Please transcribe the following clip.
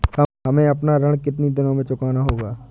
हमें अपना ऋण कितनी दिनों में चुकाना होगा?